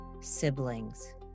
siblings